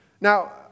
Now